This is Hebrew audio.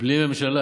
בלי ממשלה,